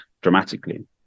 dramatically